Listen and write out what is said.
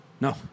No